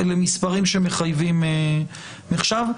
אלה מספרים שמחייבים מחשבה.